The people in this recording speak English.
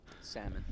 Salmon